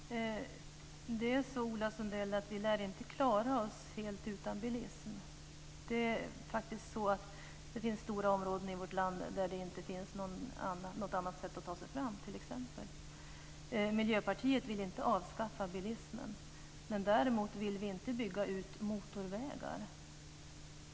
Herr talman! Det är på det sättet, Ola Sundell, att vi inte lär klara oss helt utan bilism. Det finns faktiskt stora områden i vårt land där det inte finns något annat sätt att ta sig fram. Miljöpartiet vill inte avskaffa bilismen. Däremot vill vi inte bygga ut motorvägar.